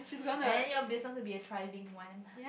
and your business will be a thriving one